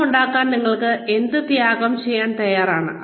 പണമുണ്ടാക്കാൻ നിങ്ങൾ എന്ത് ത്യാഗം ചെയ്യാൻ തയ്യാറാണ്